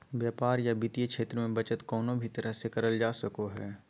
व्यापार या वित्तीय क्षेत्र मे बचत कउनो भी तरह से करल जा सको हय